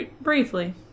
Briefly